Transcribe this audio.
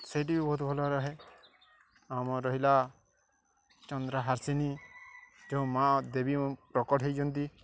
ସେଇଠି ବି ବହୁତ ଭଲରେ ରୁହେ ଆ ଆମ ରହିଲା ଚନ୍ଦ୍ର ହାସିିନୀ ଯୋଉ ମା' ଦେବୀ ପ୍ରକଟ ହେଇଛନ୍ତି